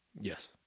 Yes